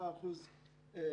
ב-55% בתקציב.